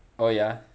oh ya